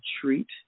treat